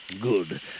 Good